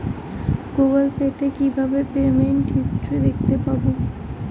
Google Pay তে কিভাবে payment history দেখতে পারবো?